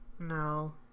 No